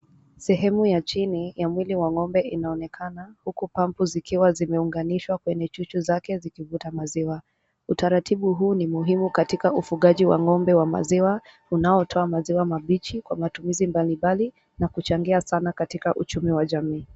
Sehemu ya chini ya mwili wa ng'ombe inaonekana huku pampu zikiwa zimeunganishwa kwenye chuchu zake zikivuta maziwa. Utaraibu huu ni muhimu katika ufugaji wa ng'ombe wa maziwa unaotoa maziwa mabichi kwa matumizi mbalimbali na kuchangia sana katika uchumi wa jamii.